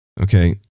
Okay